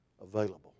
available